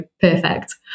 perfect